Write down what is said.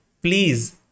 please